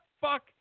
fuck